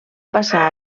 passar